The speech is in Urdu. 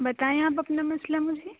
بتائیں آپ اپنا مسئلہ مجھے